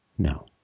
No